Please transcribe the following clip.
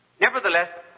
Nevertheless